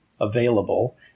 available